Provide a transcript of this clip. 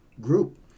group